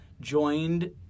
joined